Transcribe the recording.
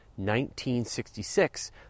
1966